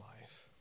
life